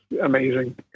amazing